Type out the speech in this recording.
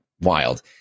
wild